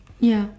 ya